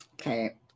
Okay